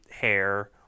hair